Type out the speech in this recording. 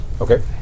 Okay